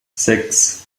sechs